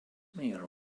mayor